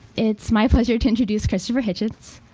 it's my pleasure to introduce christopher hitchens.